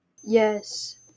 yes